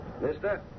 Mister